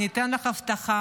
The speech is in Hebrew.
אני אתן לך אבטחה,